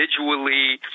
individually